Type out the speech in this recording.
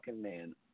man